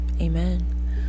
Amen